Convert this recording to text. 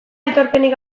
aitorpenik